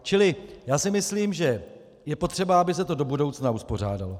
Čili já si myslím, že je potřeba, aby se to do budoucna uspořádalo.